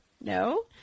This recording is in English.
No